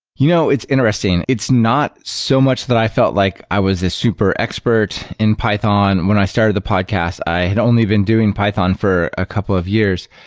you know it's interesting. it's not so much that i felt like i was the super expert in python. when i started the podcast, i had only been doing python for a couple of years.